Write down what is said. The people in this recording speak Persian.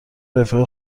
رفیق